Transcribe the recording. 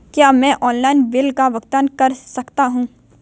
क्या मैं online bill का भुगतान कर सकता हूँ?